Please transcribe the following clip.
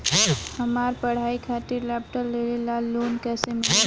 हमार पढ़ाई खातिर लैपटाप लेवे ला लोन कैसे मिली?